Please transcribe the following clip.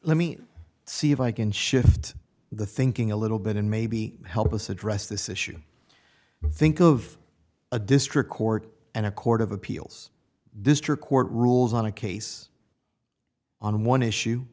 let me see if i can shift the thinking a little bit and maybe help us address this issue think of a district court and a court of appeals district court rules on a case on one issue